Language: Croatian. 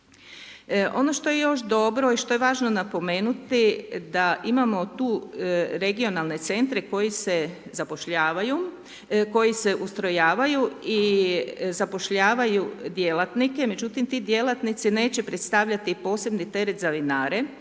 Ono što je još dobro i što je važno napomenuti da imamo tu regionalne centre koji se zapošljavaju, koji se ustrojavaju i zapošljavaju djelatnike, međutim ti djelatnici neće predstavljati posebni teret za vinare,